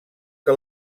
que